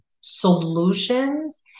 solutions